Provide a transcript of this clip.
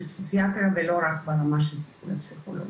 פסיכיאטר ולא רק ברמה של פסיכולוגים.